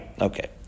Okay